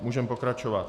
Můžeme pokračovat.